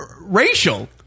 racial